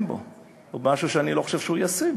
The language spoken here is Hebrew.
בו או משהו שאני לא חושב שהוא ישים,